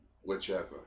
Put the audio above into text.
Whichever